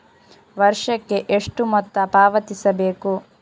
ವರ್ಷಕ್ಕೆ ಎಷ್ಟು ಮೊತ್ತ ಪಾವತಿಸಬೇಕು?